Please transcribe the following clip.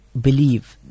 believe